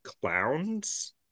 clowns